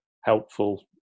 helpful